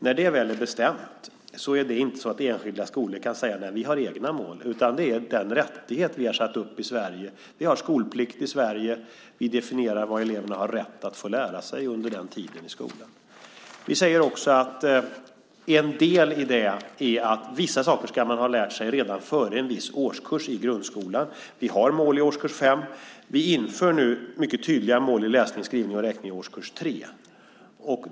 När det väl är bestämt är det inte så att enskilda skolor kan säga: Vi har egna mål. Det är den rättighet vi har satt upp i Sverige. Vi har skolplikt i Sverige. Vi definierar vad eleverna har rätt att få lära sig under den tiden i skolan. Vi säger också att en del i det är att eleverna ska ha lärt sig vissa saker redan före en viss årskurs i grundskolan. Vi har mål i årskurs 5. Vi inför nu mycket tydliga mål i läsning, skrivning och räkning i årskurs 3.